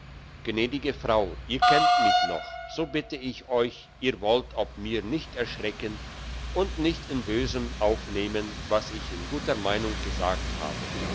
gnädige frau ihr kennt mich noch so bitte ich euch ihr wollt ob mir nicht erschrecken und nicht in bösem aufnehmen was ich in guter meinung gesagt habe